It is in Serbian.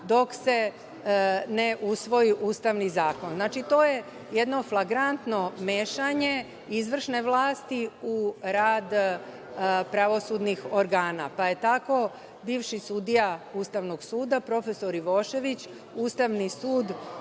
dok se ne usvoji Ustavni zakon. Znači, to je jedno flagrantno mešanje izvršne vlasti u rad pravosudnih organa, pa je tako bivši sudija Ustavnog suda, prof. Ivošević, Ustavni sud